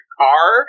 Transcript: car